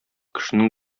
кешенең